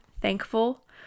thankful